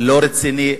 לא רציני.